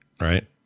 right